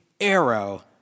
arrow